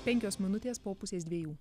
penkios minutės po pusės dviejų